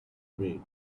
read